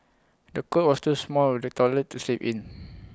the cot was too small for the toddler to sleep in